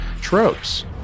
tropes